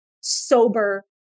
sober